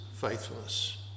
faithfulness